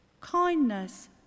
kindness